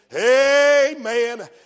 Amen